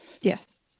yes